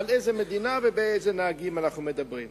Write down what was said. על איזו מדינה ועל אילו נהגים אנחנו מדברים.